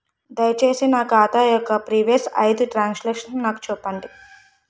దయచేసి నా ఖాతా యొక్క ప్రీవియస్ ఐదు ట్రాన్ సాంక్షన్ నాకు చూపండి